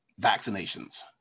vaccinations